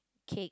cake